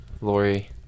Lori